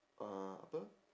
uh apa